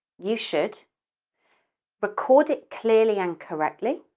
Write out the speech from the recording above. you should record it clearly and correctly,